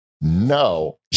No